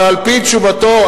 אבל על-פי תשובתו,